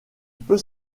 peut